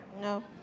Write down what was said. No